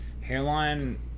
Hairline